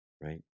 right